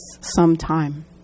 sometime